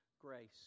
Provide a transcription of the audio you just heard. grace